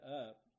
up